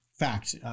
fact